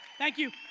thank you,